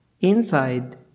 inside